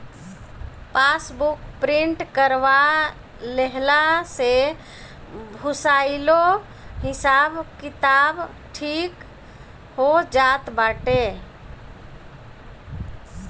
passbook print करवा लेहला से भूलाइलो हिसाब किताब ठीक हो जात बाटे